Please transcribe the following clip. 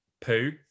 poo